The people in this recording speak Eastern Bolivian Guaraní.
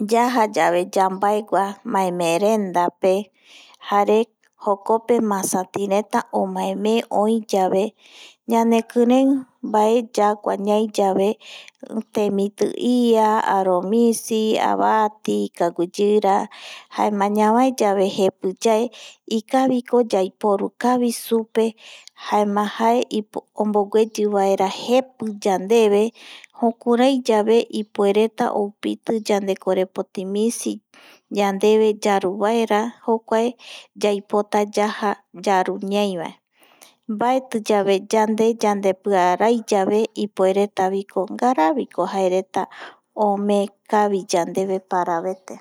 Yaja yave yambaegua maemeerendape jare jokope masatireta omae mee oi yave ñanekirei mbae yagua ñai yave temiti ia aromisi, avati kaguiyira jaema ñavae yave jepi yae ikaviko yaiporu kavi supe jaema jae ombogueyi vaera jepi yandeve, jukuraiyave ipuereta oupiti yandekorepoti misi yandeve yaruvaerayaipota yaja yaru ñaivae, mbatiyave yande yandepiarai yave ipueretaviko ngaraviko jaereta omee kavi yandeveparavete